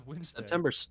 September